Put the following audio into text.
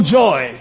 joy